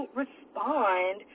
respond